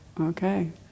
Okay